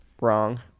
wrong